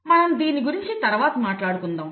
మనం దీని గురించి తరువాత మాట్లాడుకుందాం